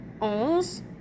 Onze